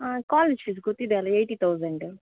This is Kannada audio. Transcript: ಹಾಂ ಕಾಲೇಜ್ ಫೀಸ್ ಗೊತ್ತಿದೆ ಅಲ್ಲ ಏಯ್ಟಿ ತೌಸಂಡ